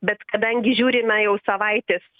bet kadangi žiūrime jau savaitės